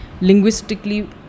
linguistically